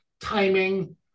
timing